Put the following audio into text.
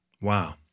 Wow